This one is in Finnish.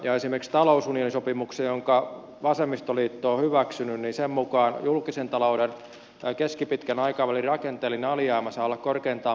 esimerkiksi talousunionisopimuksen jonka vasemmistoliitto on hyväksynyt mukaan julkisen talouden keskipitkän aikavälin rakenteellinen alijäämä saa olla korkeintaan prosentin